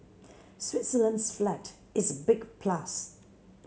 Switzerland's flag is a big plus